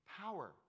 power